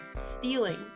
stealing